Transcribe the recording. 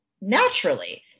naturally